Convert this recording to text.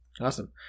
Awesome